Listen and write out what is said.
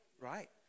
right